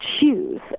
choose